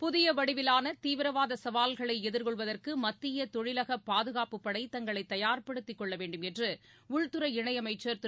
புதிய வடிவிவான தீவிரவாத சவால்களை எதிர்கொள்வதற்கு மத்திய தொழிலக பாதுகாப்புப்படை தங்களை தயார்படுத்திக்கொள்ள வேண்டுமென்று உள்துறை இணையமைச்சர் திரு